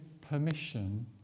permission